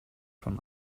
von